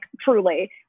truly